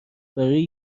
برروی